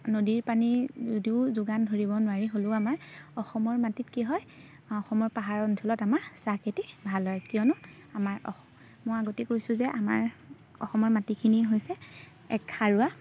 নদীৰ পানী যদিও যোগান ধৰিব নোৱাৰি হ'লেও আমাৰ অসমৰ মাটিত কি হয় অসমৰ পাহাৰ অঞ্চলত আমাৰ চাহ খেতি ভাল হয় কিয়নো আমাৰ মই আগতেই কৈছোঁ যে আমাৰ অসমৰ মাটিখিনি হৈছে এক সাৰুৱা